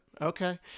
okay